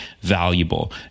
valuable